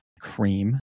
cream